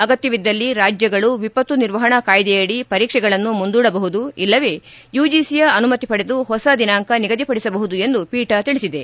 ಅಗತ್ತವಿದ್ದಲ್ಲಿ ರಾಜ್ಯಗಳು ವಿಪತ್ತು ನಿರ್ವಹಣಾ ಕಾಯ್ದೆಯಡಿ ಪರೀಕ್ಷೆಗಳನ್ನು ಮುಂದೂಡಬಹುದು ಇಲ್ಲವೆ ಯುಜಿಸಿಯ ಅನುಮತಿ ಪಡೆದು ಹೊಸ ದಿನಾಂಕ ನಿಗದಿಪಡಿಸಿಬಹುದು ಎಂದು ಪೀಠ ತಿಳಿಸಿದೆ